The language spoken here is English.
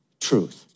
truth